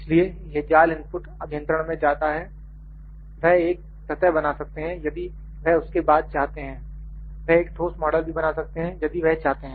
इसलिए यह जाल इनपुट अभियंत्रण में जाता है वह एक सतह बना सकते हैं यदि वह उसके बाद चाहते हैं वह एक ठोस मॉडल भी बना सकते हैं यदि वह चाहते हैं